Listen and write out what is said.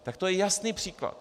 Tak to je jasný příklad.